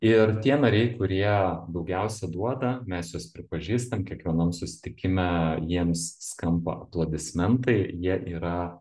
ir tie nariai kurie daugiausia duoda mes juos pripažįstam kiekvienam susitikime jiems skamba aplodismentai jie yra